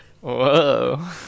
whoa